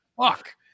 fuck